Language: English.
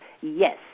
Yes